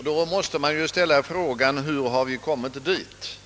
Då måste man ställa frågan, hur vi har kommit dit.